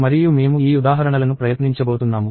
మరియు మేము ఈ ఉదాహరణలను ప్రయత్నించబోతున్నాము